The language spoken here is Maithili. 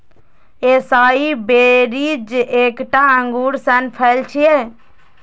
एसाई बेरीज एकटा अंगूर सन फल छियै